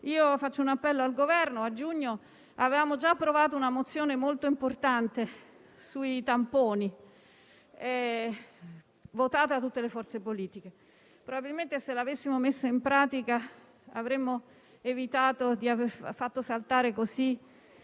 Faccio un appello al Governo: a giugno 2020 avevamo già approvato una mozione molto importante sui tamponi, votata da tutte le forze politiche. Probabilmente, se l'avessimo messa in pratica, avremmo evitato di far saltare la